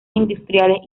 industriales